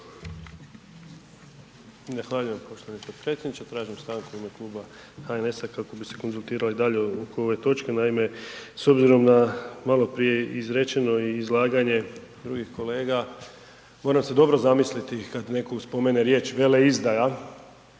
Zahvaljujem poštovani potpredsjedniče, tražim stanku u ime Kluba HNS-a kako bi se konzultirali dalje oko ovo točke, naime s obzirom na maloprije izrečeno i izlaganje drugih kolega moram se dobro zamisliti kad neko spomene riječ veleizdaja,